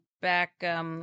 back